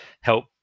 help